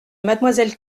mademoiselle